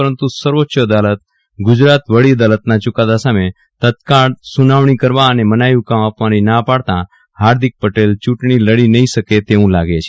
પરંતુ સર્વોચ્ય અદાલત ગુજરાત વડી અદાલતના ચુકાદા સામે તત્કાળ સુનાવશ્ની કરવા અને મનાઇહુકમ આપવાની ના પાડતા હાર્દિક પટેલ ચૂંટશ્ની લડી નહીં શકે તેવું લાગે છે